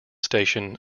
station